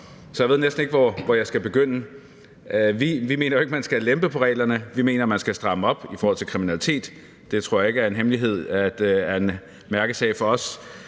så jeg ved næsten ikke, hvor jeg skal begynde. Vi mener jo ikke, at man skal lempe på reglerne, vi mener, man skal stramme op i forhold til kriminalitet. Det tror jeg ikke er en hemmelighed, nemlig at det er en mærkesag for os